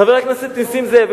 חבר הכנסת נסים זאב,